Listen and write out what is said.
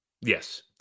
Yes